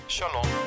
Shalom